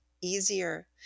easier